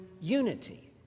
unity